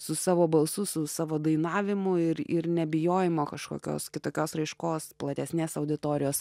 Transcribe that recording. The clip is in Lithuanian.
su savo balsu su savo dainavimu ir ir nebijojimo kažkokios kitokios raiškos platesnės auditorijos